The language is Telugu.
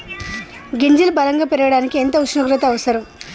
గింజలు బలం గా పెరగడానికి ఎంత ఉష్ణోగ్రత అవసరం?